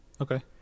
Okay